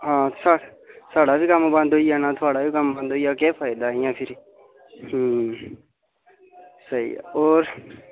हां साढ़ा बी कम्म बंद होई जाना थुआढ़ा बी कम्म बंद होई जाह्ग केह् फायदा इ'यां फिरी स्हेई ऐ होर